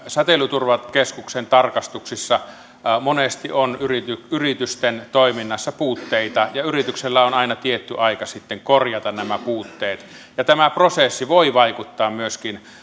säteilyturvakeskuksen tarkastuksissa monesti on yritysten toiminnassa puutteita ja yrityksellä on aina tietty aika sitten korjata nämä puutteet tämä prosessi voi vaikuttaa myöskin